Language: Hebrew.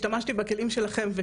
השתמשתי בכלים שלכם,